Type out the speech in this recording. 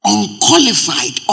Unqualified